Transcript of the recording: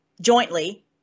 jointly